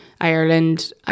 Ireland